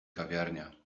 kawiarnia